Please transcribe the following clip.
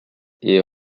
est